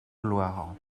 gloire